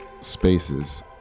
spaces